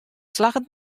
slagget